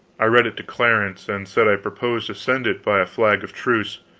i read it to clarence, and said i proposed to send it by a flag of truce.